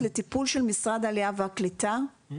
באמצעות משרד החוץ מתקנים את זה בצורה המהירה ביותר שאפשר.